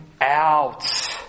out